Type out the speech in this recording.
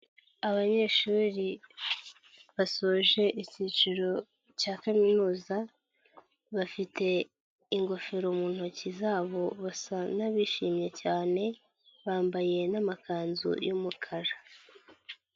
Abanyeshuri basoje icyiciro cya kaminuza, bafite ingofero mu ntoki zabo basa n'abishimye cyane, bambaye n'amakanzu y'umukara.